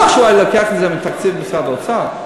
שהוא היה לוקח את זה מתקציב משרד האוצר.